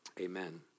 amen